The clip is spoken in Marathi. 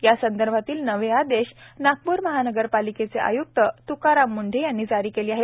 यासंदर्भातील नवे आदेश नागपूर महानगरपालिकेचे आय्क्त त्काराम मुंढे यांनी जारी केले आहेत